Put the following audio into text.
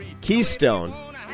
Keystone